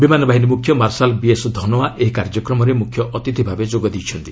ବିମାନ ବାହିନୀ ମୁଖ୍ୟ ମାର୍ଶାଲ୍ ବିଏସ୍ ଧନୋଆ ଏହି କାର୍ଯ୍ୟକ୍ରମରେ ମୁଖ୍ୟ ଅତିଥି ଭାବେ ଯୋଗ ଦେଇଛନ୍ତି